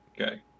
Okay